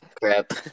crap